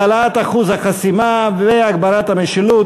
(העלאת אחוז החסימה והגברת המשילות),